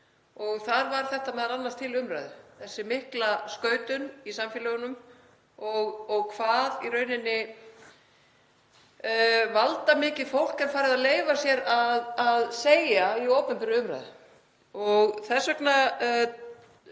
og þar var þetta m.a. til umræðu, þessi mikla skautun í samfélögunum og hvað í rauninni valdamikið fólk er farið að leyfa sér að segja í opinberri umræðu og þess vegna